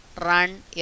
run